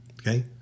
okay